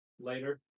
later